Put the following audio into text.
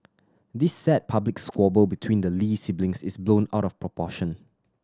this sad public squabble between the Lee siblings is blown out of proportion